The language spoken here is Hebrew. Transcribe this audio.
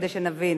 כדי שנבין.